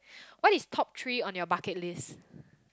what is top three on your bucket list